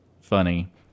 funny